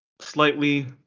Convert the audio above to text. slightly